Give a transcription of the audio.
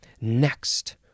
Next